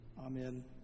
Amen